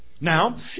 Now